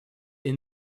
est